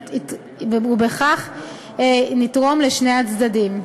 ירוויחו שני הצדדים: